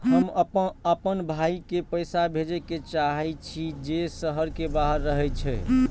हम आपन भाई के पैसा भेजे के चाहि छी जे शहर के बाहर रहे छै